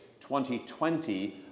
2020